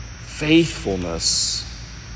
faithfulness